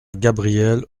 gabriel